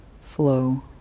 flow